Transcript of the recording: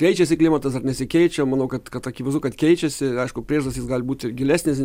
keičiasi klimatas ar nesikeičia manau kad kad akivaizdu kad keičiasi aišku priežastys gali būti gilesnės